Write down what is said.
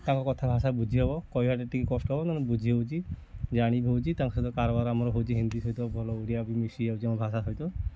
ତାଙ୍କ କଥା ଭାଷା ବୁଝି ହବ କହିବା ଟା ଟିକେ କଷ୍ଟ ହବ ନହେଲେ ବୁଝି ହେଉଛି ଜାଣି ହେଉଛି ତାଙ୍କ ସହିତ କାରବାର ଆମର ହେଉଛି ହିନ୍ଦୀ ସହିତ ଭଲ ଓଡ଼ିଆ ବି ମିଶି ଯାଉଛି ଆମ ଭାଷା ସହିତ